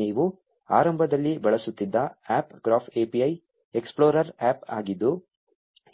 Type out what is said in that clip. ನೀವು ಆರಂಭದಲ್ಲಿ ಬಳಸುತ್ತಿದ್ದ APP graph API explorer APP ಆಗಿದ್ದು